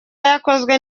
yakozwe